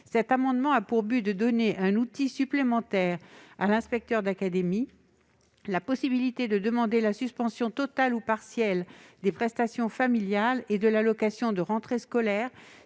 Cet amendement a pour objet de donner un outil supplémentaire à l'inspecteur d'académie, à savoir la possibilité de demander la suspension totale ou partielle des prestations familiales et de l'allocation de rentrée scolaire,